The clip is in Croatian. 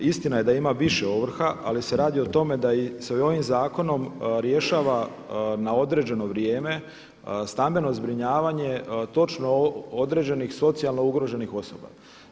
Istina je da ima više ovrha ali se radi o tome da se i ovim zakonom rješava na određeno vrijeme stambeno zbrinjavanje točno određenih socijalno ugroženih osoba.